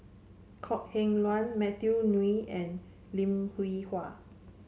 Kok Heng Leun Matthew Ngui and Lim Hwee Hua